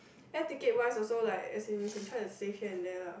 air ticket wise also like as in you can try to save here and there lah